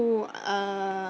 who uh